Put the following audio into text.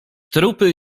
trupy